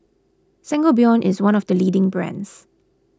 Sangobion is one of the leading brands